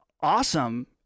awesome